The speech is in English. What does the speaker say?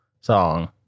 song